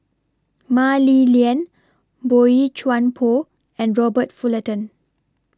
Mah Li Lian Boey Chuan Poh and Robert Fullerton